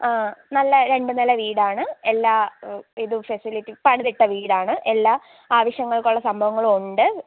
ആ നല്ല രണ്ട് നില വീടാണ് എല്ലാം ഇത് ഫെസിലിറ്റി പണിതിട്ട വീടാണ് എല്ലാ ആവശ്യങ്ങൾക്കുള്ള സംഭവങ്ങളുവൊണ്ട്